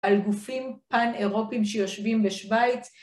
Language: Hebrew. על גופים פאן-אירופים שיושבים בשוויץ.